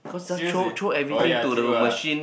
seriously oh ya true ah